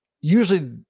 usually